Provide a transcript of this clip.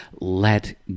let